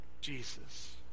Jesus